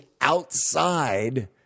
outside